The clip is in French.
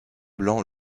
blanc